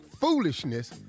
foolishness